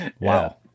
Wow